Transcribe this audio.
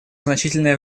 значительное